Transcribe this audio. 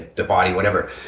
the body, whatever.